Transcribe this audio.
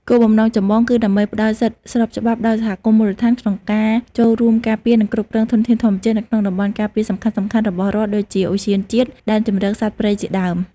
គោលបំណងចម្បង គឺដើម្បីផ្ដល់សិទ្ធិស្របច្បាប់ដល់សហគមន៍មូលដ្ឋានក្នុងការចូលរួមការពារ និងគ្រប់គ្រងធនធានធម្មជាតិនៅក្នុងតំបន់ការពារសំខាន់ៗរបស់រដ្ឋដូចជា ឧទ្យានជាតិ ដែនជម្រកសត្វព្រៃជាដើម។